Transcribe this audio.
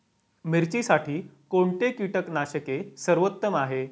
मिरचीसाठी कोणते कीटकनाशके सर्वोत्तम आहे?